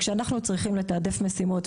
כשהצטרכנו לתעדף משימות,